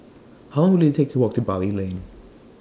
How Long Will IT Take to Walk to Bali Lane